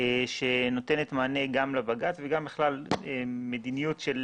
האוצר שנותנת מענה גם לבג"צ וגם בכלל מדיניות של